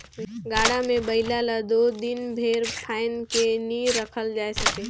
गाड़ा मे बइला ल दो दिन भेर फाएद के नी रखल जाए सके